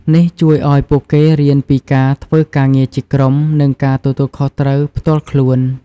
នេះជួយឲ្យពួកគេរៀនពីការធ្វើការងារជាក្រុម និងការទទួលខុសត្រូវផ្ទាល់ខ្លួន។